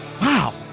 Wow